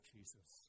Jesus